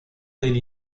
del